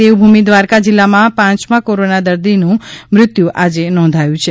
દેવભૂમિ દ્વારકા જિલ્લામાં પાંચમા કોરોના દર્દીનું મૃત્યુ આજે નોંધાયું છે